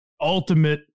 ultimate